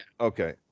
Okay